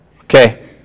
Okay